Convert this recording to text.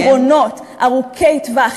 תוכנית עבודה תציע פתרונות ארוכי-טווח,